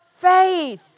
faith